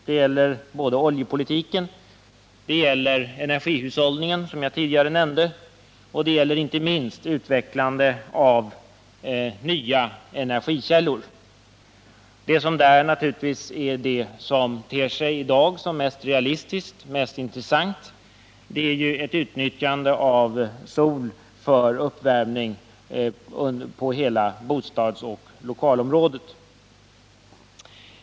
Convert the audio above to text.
Det gäller oljepolitiken, energihushållningen och inte minst utvecklandet av nya energikällor. Vad som på detta område i dag ter sig mest realistiskt och intressant är ett utnyttjande av sol för uppvärmning på hela bostadsoch lokalområdet.